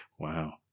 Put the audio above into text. Wow